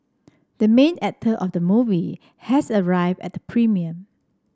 the main actor of the movie has arrived at the premiere